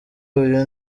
uyu